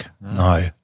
No